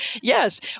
yes